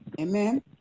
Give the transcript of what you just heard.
Amen